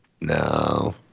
No